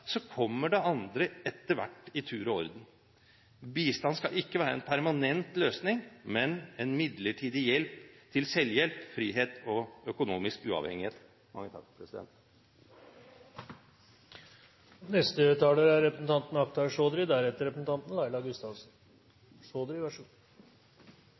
kommer det andre etter hvert i tur og orden. Bistand skal ikke være en permanent løsning, men en midlertidig hjelp til selvhjelp, frihet og økonomisk uavhengighet.